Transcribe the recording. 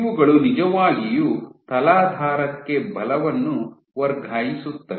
ಇವುಗಳು ನಿಜವಾಗಿಯೂ ತಲಾಧಾರಕ್ಕೆ ಬಲವನ್ನು ವರ್ಗಾಯಿಸುತ್ತವೆ